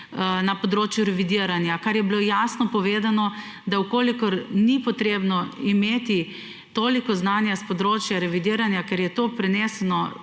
na področju revidiranja, kar je bilo jasno povedano, da v kolikor ni potrebno imeti toliko znanja s področja revidiranja, ker je prenesena